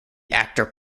actor